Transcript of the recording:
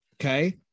Okay